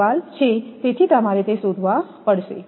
તેથી તમારે શોધવા પડશે